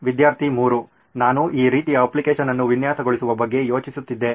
ವಿದ್ಯಾರ್ಥಿ 3 ನಾನು ಈ ರೀತಿಯ ಅಪ್ಲಿಕೇಶನ್ ಅನ್ನು ವಿನ್ಯಾಸಗೊಳಿಸುವ ಬಗ್ಗೆ ಯೋಚಿಸುತ್ತಿದ್ದೆ